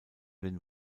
den